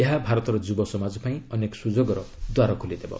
ଏହା ଭାରତର ଯୁବ ସମାଜ ପାଇଁ ଅନେକ ସୁଯୋଗର ଦ୍ୱାର ଖୋଲିଦେବ